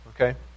okay